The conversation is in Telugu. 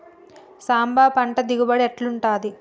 సాంబ పంట దిగుబడి ఎట్లుంటది?